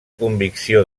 convicció